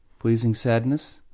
pleasing sadness,